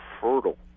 fertile